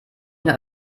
noch